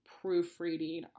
proofreading